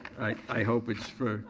i hope it's for